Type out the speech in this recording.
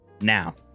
now